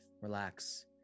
relax